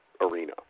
arena